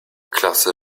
klasse